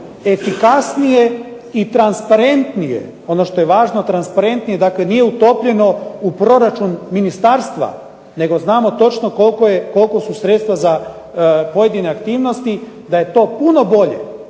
efikasnije i transparentnije. Ono što je važnije, transparentnije nije utopljeno u proračun ministarstva, nego znamo točno koliko su sredstva za pojedine aktivnosti da je to puno bolje